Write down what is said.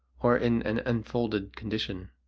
or in an enfolded condition.